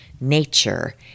nature